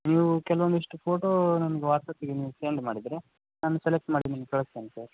ನೀವು ಕೆಲವೊಂದಿಷ್ಟು ಫೋಟೋ ನನ್ಗೆ ವಾಟ್ಸ್ಆ್ಯಪ್ಗೆ ನೀವು ಸೆಂಡ್ ಮಾಡಿದರೆ ನಾನು ಸೆಲೆಕ್ಟ್ ಮಾಡಿ ನಿಮ್ಗೆ ಕಳಿಸ್ತೀನಿ ಸರ್